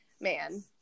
man